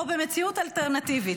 או במציאות אלטרנטיבית?